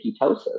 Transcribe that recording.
ketosis